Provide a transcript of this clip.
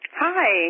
Hi